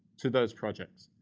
to those projects.